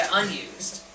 unused